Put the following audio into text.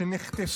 שנחטפה,